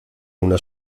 una